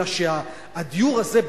אלא שהדיור הזה,